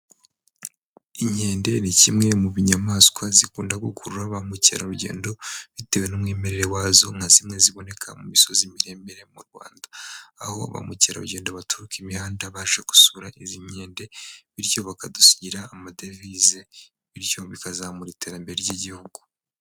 Inkende ni kimwe mu nyamaswa zikunda gukurura ba mukerarugendo bitewe n'umwimerere wazo nka zimwe ziboneka mu misozi miremire mu rwanda, aho ba mukerarugendo baturuka imihanda baje gusura izi nkende bityo bakadusigira amadevize, bityo bikazamura iterambere ry'igihugu.